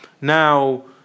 Now